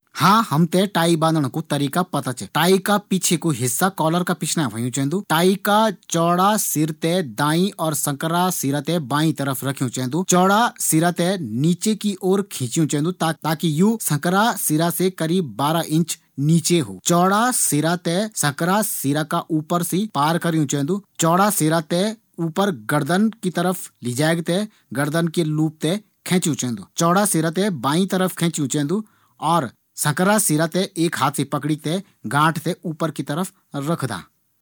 हाँ! हम थें टाई बांधण कू सही तरीका पता च। टाई कू पिछलू हिस्सा कॉलर का पिछने होयुं चैन्दु। टाई का चौड़ा सिरा थें दाई और संकरा सिरा थें बाई तरफ रखयू चैन्दु। चौड़ा सिरा थें नीचे की ओर खींच्यूँ चैन्दु ताकी यू संकरा सिरा से करीब बारह इंच दूर रौ। चौड़ा सिरा थें संकरा सिरा का एंच बिटी पार करियूँ चैन्दु। चौड़ा सिरा थें गर्दन की तरफ ली जैक थें गर्दन की लूप थें खेंचियूँ चैन्दु। चौड़ा सिरा थें बायीं तरफ खिंचयु चैन्दु ओर संकरा सिरा थें एक हाथ से पकड़ी थें गांठ थें ऊपर की तरफ रखदां